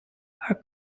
are